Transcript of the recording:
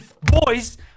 boys